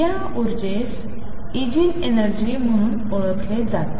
या ऊर्जास ईजेन एनर्जी म्हणून ओळखले जाते